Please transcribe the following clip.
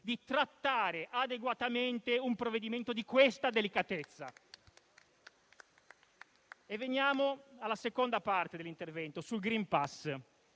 di trattare adeguatamente un provvedimento di questa delicatezza. Veniamo alla seconda parte dell'intervento, sul *green pass*,